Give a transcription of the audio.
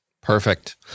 Perfect